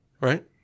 Right